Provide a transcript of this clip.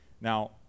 Now